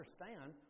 understand